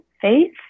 faith